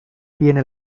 tiene